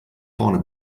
vorne